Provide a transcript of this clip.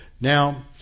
Now